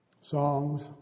songs